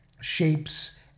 shapes